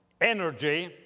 energy